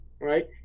right